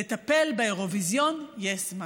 לטפל באירוויזיון יש זמן.